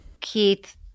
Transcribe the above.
Keith